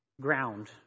ground